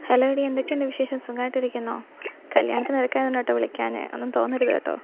hello ഡി എന്തൊക്കെയുണ്ട് വിശേഷം സുഖായിട്ടിരിക്കുന്നോ കല്യാണത്തിന് തിരക്കായത് കൊണ്ടട്ടോ വിളിക്കാഞെ ഒന്നും തോന്നരുത് കേട്ടോ